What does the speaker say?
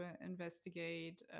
investigate